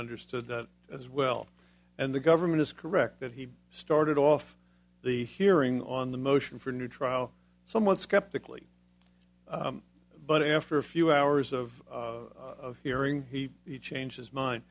understood that as well and the government is correct that he started off the hearing on the motion for new trial somewhat skeptically but after a few hours of of hearing he each change his mind